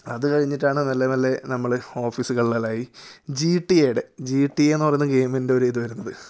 അത് കഴിഞ്ഞിട്ടാണ് മെല്ലെ മെല്ലെ നമ്മൾ ഓഫിസുകളിലെല്ലാം ആയി ജി ടി എയുടെ ജി ടി എ എന്ന് പറയുന്ന ഒരു ഗെയിമിൻ്റെ ഒരു ഇത് വരുന്നത്